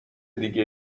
دیگه